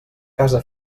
casa